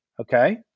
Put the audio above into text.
Okay